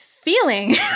feeling